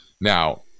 Now